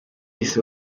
isi